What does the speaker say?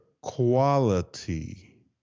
quality